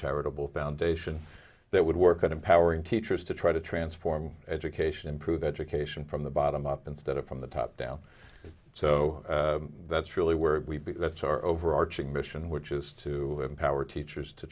charitable foundation that would work at empowering teachers to try to transform education improve education from the bottom up instead of from the top down so that's really where we because that's our overarching mission which is to empower teachers to